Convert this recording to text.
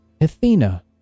Athena